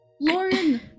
Lauren